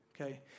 okay